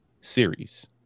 series